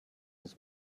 his